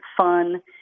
fun